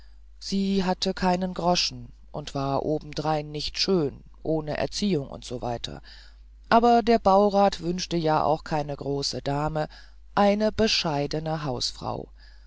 sie hatte keinen groschen und war obendrein nicht schön ohne erziehung usw aber der baurat wünschte ja auch keine große dame eine bescheidene hausfrau